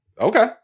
Okay